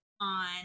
on